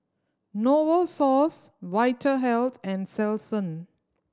Novosource Vitahealth and Selsun